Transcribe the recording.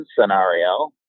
scenario